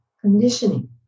conditioning